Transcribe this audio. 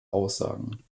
aussagen